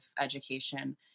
education